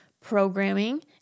programming